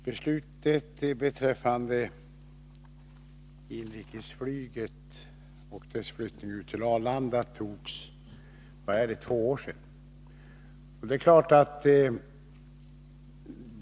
Herr talman! Beslutet beträffande inrikesflygets flyttning till Arlanda togs för två år sedan.